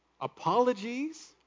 Apologies